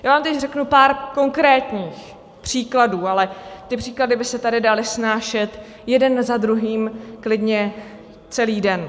Já vám teď řeknu pár konkrétních příkladů, ale ty příklady by se tady daly snášet jeden za druhým klidně celý den.